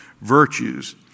virtues